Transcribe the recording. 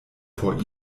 vor